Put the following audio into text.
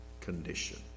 condition